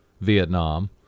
Vietnam